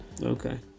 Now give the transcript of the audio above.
Okay